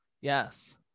Yes